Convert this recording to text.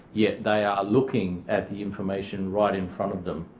yet they are looking at the information right in front of them.